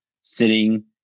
sitting